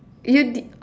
you did oh